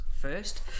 first